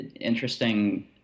interesting